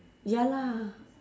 ya lah